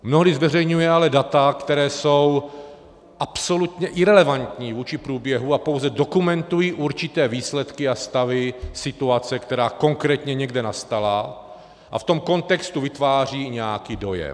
Mnohdy zveřejňuje ale data, která jsou absolutně irelevantní vůči průběhu a pouze dokumentují určité výsledky a stavy situace, která konkrétně někde nastala, a v tom kontextu vytváří i nějaký dojem.